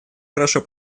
хорошо